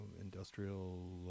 industrial